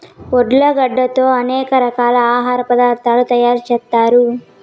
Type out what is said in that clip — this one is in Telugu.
ఉర్లగడ్డలతో అనేక రకాల ఆహార పదార్థాలు తయారు చేత్తారు